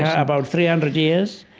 about three hundred years.